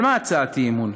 על מה הצעת אי-אמון?